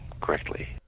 correctly